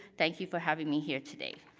thank you for having me here today.